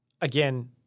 Again